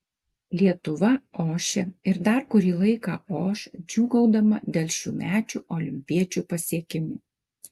lietuva ošia ir dar kurį laiką oš džiūgaudama dėl šiųmečių olimpiečių pasiekimų